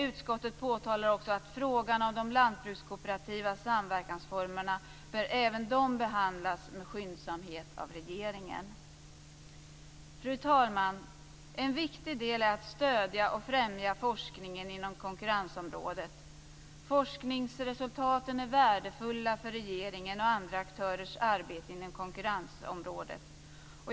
Utskottet påtalar också att även frågan om de lantbrukskooperativa samverkansformerna bör behandlas med skyndsamhet av regeringen. Fru talman! En viktig del är att stödja och främja forskningen inom konkurrensområdet. Forskningsresultaten är värdefulla för regeringens och andra aktörers arbete inom konkurrensområdet.